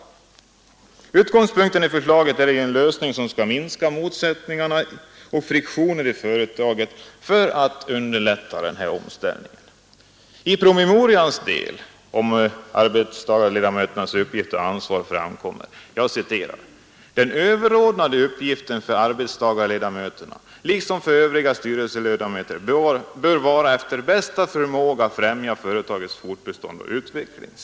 ser för deanå ng - nicka ad ställda i Utgångspunkten i förslaget är en lösning som skall minska motsätt Å ningar och friktioner i företagen för att underlätta den fortsatta kt Hå ekonomiska för I departementspromemorians avsnitt om arbetstagarledamöternas uppgifter och ansvar sägs: Den överordnade uppgiften för arbetstagarledamöterna liksom för övriga styrelseledamöter bör vara att efter bästa förmåga främja företagets fortbestånd och utveckling.